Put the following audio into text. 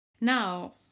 Now